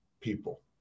people